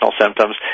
symptoms